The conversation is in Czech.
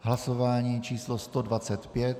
Hlasování číslo 125.